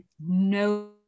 no